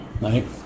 right